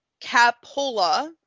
Capola